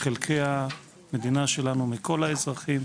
חלקי המדינה שלנו, מכל האזרחים.